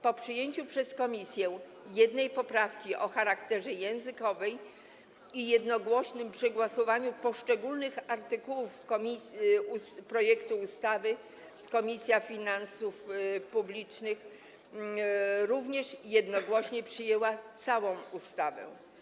Po przyjęciu przez komisję jednej poprawki o charakterze językowym i po jednogłośnym przegłosowaniu poszczególnych artykułów projektu ustawy Komisja Finansów Publicznych również jednogłośnie przyjęła całą ustawę.